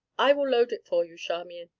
i will load it for you, charmian,